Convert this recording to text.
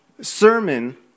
sermon